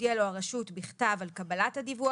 תודיע לו הרשות בכתב על קבלת הדיווח